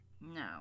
No